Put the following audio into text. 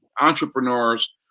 entrepreneurs